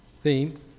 theme